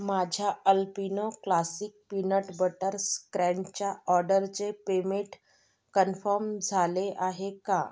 माझ्या Alpino classic peanut butter स्क्रंचच्या ऑर्डरचे पेमेंट कन्फर्म झाले आहे का